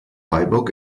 freiburg